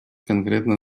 конкретно